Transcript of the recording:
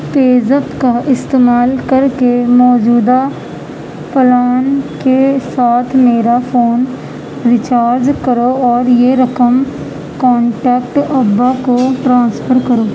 پے zip کا استعمال کر کے موجودہ پلان کے ساتھ میرا فون ری چارج کرو اور یہ رقم کانٹیکٹ ابا کو ٹرانسفر کرو